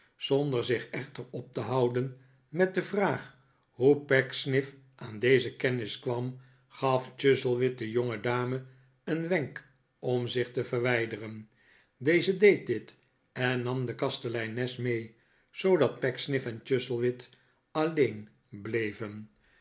zonder zich echter op te houden met de vraag hoe pecksniff aan deze kennis kwam gaf chuzzlewit de jongedame een wenk om zich te verwijderen deze deed dit en nam de kasteleines mee zoodat pecksniff en chuzzlewit alleen bleven